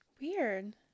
weird